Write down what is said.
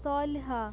صالِحہ